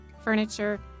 furniture